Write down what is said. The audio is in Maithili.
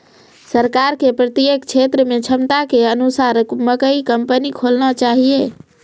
सरकार के प्रत्येक क्षेत्र मे क्षमता के अनुसार मकई कंपनी खोलना चाहिए?